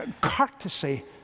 courtesy